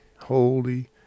holy